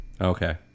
Okay